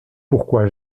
pourquoi